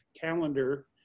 calendar